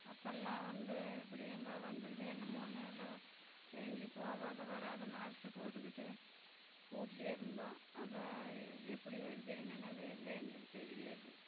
அப்போல்லாம் வந்து இப்படி எங்கே வந்துடுதே என்னவோன்னுல எங்கேயும் போகாத வராத மாக்ஸு போட்டுக்கிட்டு வீட்லையே இருந்தோம் அதை எப்படி வருது என்னென்னு அது எல்லாம் எங்களுக்கு தெரியாது